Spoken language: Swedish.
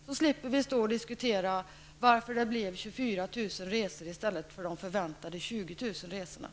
Då skulle vi slippa diskutera varför det blir 24 000 resor i stället för de 20 000 resor som man väntat sig.